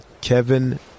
Kevin